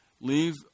leave